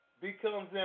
becomes